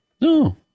No